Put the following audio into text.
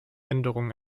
änderungen